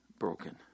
broken